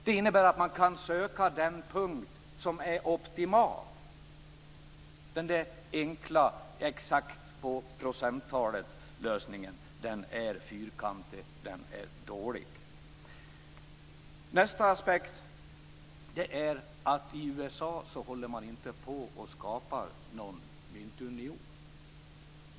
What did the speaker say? Det innebär att man kan söka den punkt som är optimal. Den enkla, exakta lösningen är fyrkantig och dålig. Nästa aspekt är att man i USA inte håller på att skapa en myntunion.